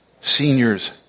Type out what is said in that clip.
seniors